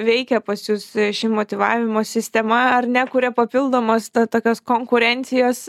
veikia pas jus ši motyvavimo sistema ar nekuria papildomos tokios konkurencijos